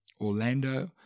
Orlando